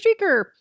streaker